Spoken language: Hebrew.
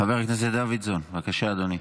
חבר הכנסת דוידסון, בבקשה, אדוני.